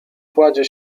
kładzie